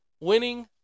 winning